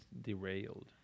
derailed